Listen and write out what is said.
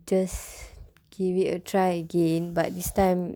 just give it a try again but this time